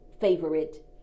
favorite